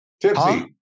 Tipsy